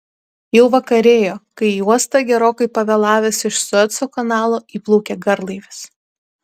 jau vakarėjo kai į uostą gerokai pavėlavęs iš sueco kanalo įplaukė garlaivis